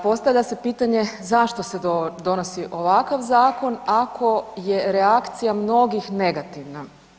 Postavlja se pitanje zašto se donosi ovakav zakon ako je reakcija mnogih negativna?